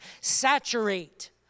saturate